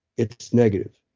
it's negative.